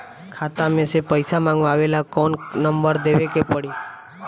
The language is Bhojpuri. खाता मे से पईसा मँगवावे ला कौन नंबर देवे के पड़ी?